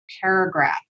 paragraph